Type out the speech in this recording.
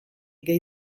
gay